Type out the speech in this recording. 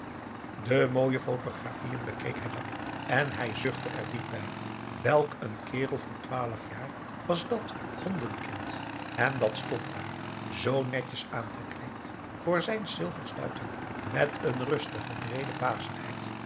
de mooie photographieën bekeek hij lang en hij zuchtte er diep bij welk een kerel voor twaalf jaar was dat hondenkind en dat stond daar zoo netjes aangekleed voor zijn silver's duiten met een rustige breede bazigheid